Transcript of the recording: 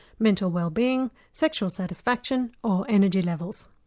mental wellbeing, sexual satisfaction or energy levels.